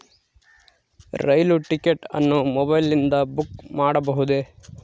ರೈಲು ticket ಅನ್ನು ಮೊಬೈಲಿಂದ book ಮಾಡಬಹುದೆ?